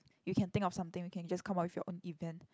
you can think of something you can just come up with your own event